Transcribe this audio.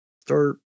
start